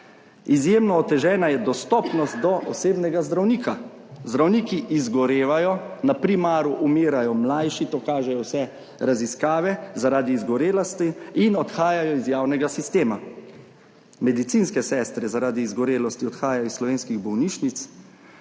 izjemno otežena je dostopnost do osebnega zdravnika. Zdravniki izgorevajo, na primaru umirajo mlajši, to kažejo vse raziskave, zaradi izgorelosti in odhajajo iz javnega sistema. Medicinske sestre zaradi izgorelosti odhajajo iz slovenskih bolnišnic